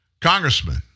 Congressman